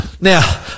Now